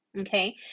Okay